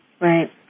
Right